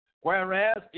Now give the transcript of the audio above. whereas